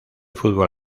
fútbol